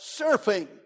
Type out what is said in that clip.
surfing